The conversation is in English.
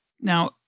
now